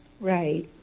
Right